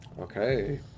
Okay